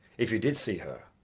if you did see her?